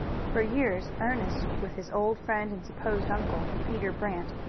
for years ernest, with his old friend and supposed uncle, peter brant,